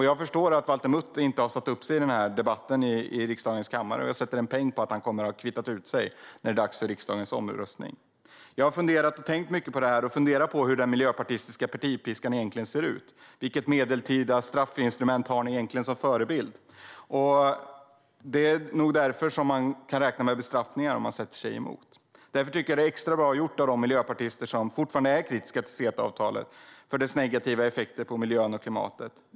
Jag förstår att Valter Mutt inte har anmält sig till den här debatten i riksdagens kammare, och jag sätter en peng på att han kommer att ha kvittat ut sig när det är dags för riksdagens omröstning. Jag har tänkt mycket på det här och funderat på hur den miljöpartistiska partipiskan egentligen ser ut och vilket medeltida straffinstrument ni har som förebild. Man kan nog räkna med bestraffningar om man sätter sig emot. Därför tycker jag att det är extra bra gjort av de miljöpartister som fortfarande är kritiska till CETA-avtalet för dess negativa effekter på miljön och klimatet.